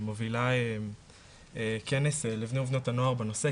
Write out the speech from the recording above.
מובילה כנס לבני ובנות הנוער בנושא,